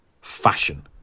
fashion